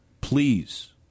Please